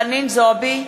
חנין זועבי,